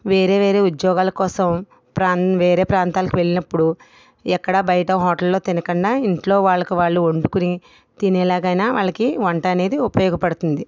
వేరే వేరే ఉద్యోగాల కోసం ప్రాం వేరే ప్రాంతాలకు వెళ్ళినప్పుడు ఎక్కడ బయట హోటలో తినకుండా ఇంట్లో వాళ్ళకు వాళ్ళు వండుకుని తినేలాగా అయినా వాళ్ళకి వంట అనేది ఉపయోగపడుతుంది